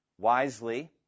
wisely